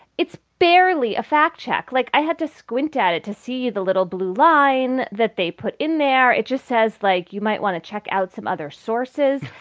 it's barely a fact check. like, i had to squint at it to see the little blue line that they put in there. it just says, like, you might want to check out some other sources.